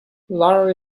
lara